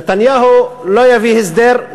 נתניהו לא יביא הסדר,